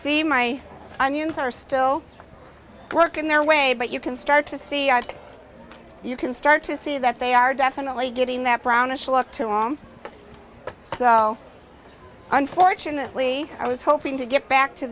see my onions are still working their way but you can start to see you can start to see that they are definitely getting that brownish look to long so unfortunately i was hoping to get back to